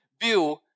view